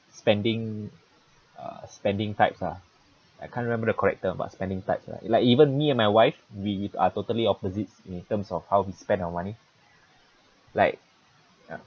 spending uh spending types ah I can't remember the correct term but spending types lah like even me and my wife we are totally opposites in terms of how we spend our money like ya